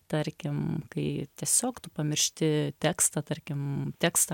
tarkim kai tiesiog tu pamiršti tekstą tarkim tekstą